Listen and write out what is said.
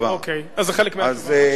אה, זה חלק מהתשובה.